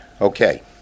Okay